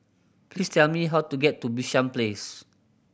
please tell me how to get to Bishan Place